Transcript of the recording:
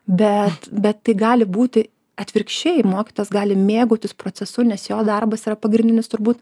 bet bet tai gali būti atvirkščiai mokytojas gali mėgautis procesu nes jo darbas yra pagrindinis turbūt